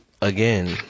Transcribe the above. again